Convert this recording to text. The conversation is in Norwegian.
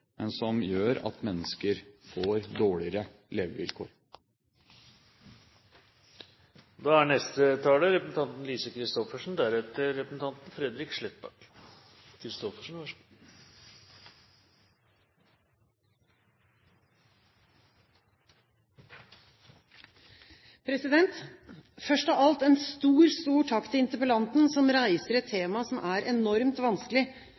men som gjør at mennesker får dårligere levevilkår? Først av alt en stor, stor takk til interpellanten som reiser et tema som er enormt vanskelig.